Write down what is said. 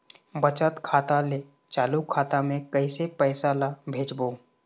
बचत खाता ले चालू खाता मे कैसे पैसा ला भेजबो?